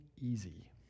easy